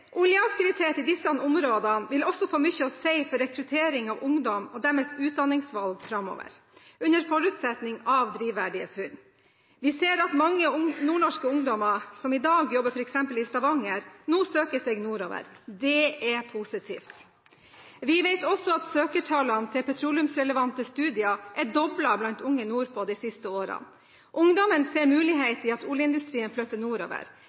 Oljeaktivitet i disse områdene vil også få mye å si for rekruttering av ungdom og deres utdanningsvalg framover, under forutsetning av drivverdige funn. Vi ser at mange nordnorske ungdommer, som i dag jobber f.eks. i Stavanger, nå søker seg nordover. Det er positivt. Vi vet også at søkertallene til petroleumsrelevante studier er doblet blant unge nordpå de siste årene. Ungdommen ser muligheter i at oljeindustrien flytter nordover.